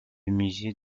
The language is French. musée